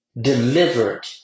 delivered